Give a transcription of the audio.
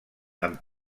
amb